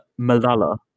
Malala